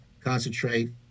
concentrate